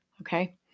Okay